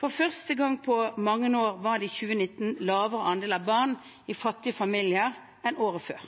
For første gang på mange år var det i 2019 en lavere andel av barn i fattige familier enn året før.